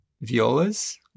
violas